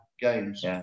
games